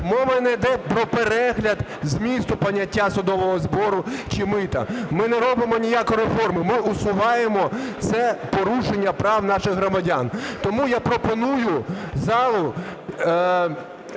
Мова не йде про перегляд змісту поняття судового збору чи мита, ми не робимо ніякої реформи, ми усуваємо це порушення прав наших громадян. Тому я пропоную залу